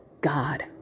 God